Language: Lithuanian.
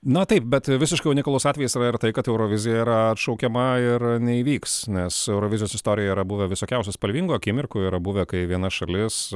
na taip bet visiškai unikalus atvejis yra ir tai kad eurovizija yra atšaukiama ir neįvyks nes eurovizijos istorijoj yra buvę visokiausių spalvingų akimirkų yra buvę kai viena šalis